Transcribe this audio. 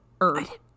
Earth